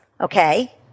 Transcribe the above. okay